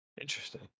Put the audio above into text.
Interesting